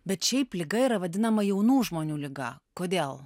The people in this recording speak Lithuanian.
bet šiaip liga yra vadinama jaunų žmonių liga kodėl